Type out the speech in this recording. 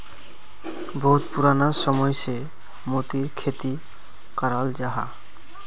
बहुत पुराना समय से मोतिर खेती कराल जाहा